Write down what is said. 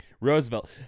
Roosevelt